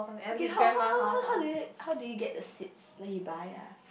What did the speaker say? okay how how how how how do you how do you get the seeds like you buy ah